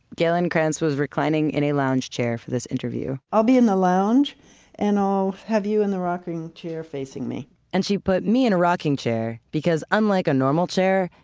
galen cranz was reclining in a lounge chair for this interview i'll be in the lounge and i'll have you in the rocking chair facing me and she put me in a rocking chair because unlike a normal chair,